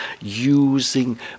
using